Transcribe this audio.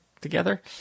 together